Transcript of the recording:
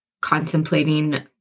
contemplating